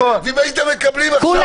ואם הייתם מקבלים עכשיו